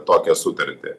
tokią sutartį